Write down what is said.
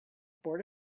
board